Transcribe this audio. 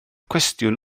cwestiwn